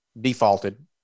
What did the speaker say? defaulted